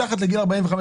מתחת לגיל 45,